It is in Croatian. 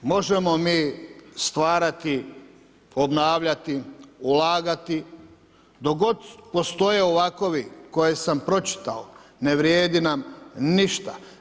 Možemo mi stvarati, obnavljati, ulagati, dok god postoje ovakvi koje sam pročitao, ne vrijedi nam ništa.